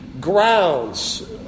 grounds